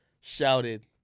shouted